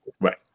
Right